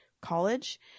college